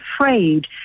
afraid